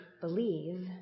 believe